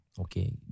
Okay